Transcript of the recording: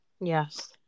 Yes